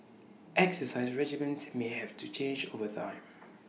exercise regimens may have to change over time